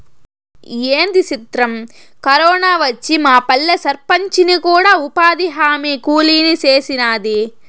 ఏంది సిత్రం, కరోనా వచ్చి మాపల్లె సర్పంచిని కూడా ఉపాధిహామీ కూలీని సేసినాది